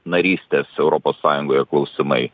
narystės europos sąjungoje klausimai